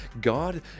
God